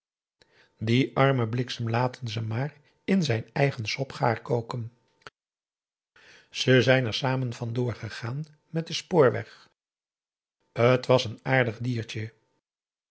dien armen bliksem laten ze maar in zijn eigen sop gaar koken ze zijn er samen vandoor gegaan met den spoorweg t was een aardig diertje